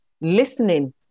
listening